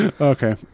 okay